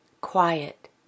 quiet